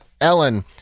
Ellen